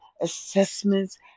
assessments